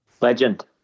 Legend